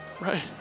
Right